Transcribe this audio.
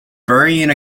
burying